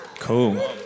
Cool